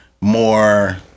more